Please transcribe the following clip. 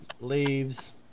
leaves